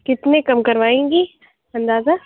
کتنے کم کروائیں گی اندازہ